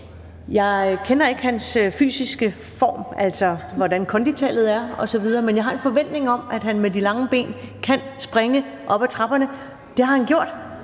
Jeg kender ikke til hans fysiske form, altså hvordan hans kondital osv. er, men jeg har en forventning om, at han med de lange ben kan springe op ad trapperne. Det har han gjort